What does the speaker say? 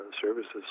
services